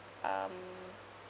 uh